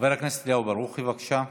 חבר הכנסת אליהו ברוכי, בבקשה.